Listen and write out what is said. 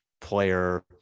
player